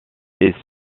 est